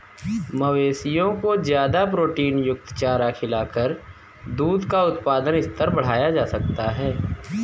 मवेशियों को ज्यादा प्रोटीनयुक्त चारा खिलाकर दूध का उत्पादन स्तर बढ़ाया जा सकता है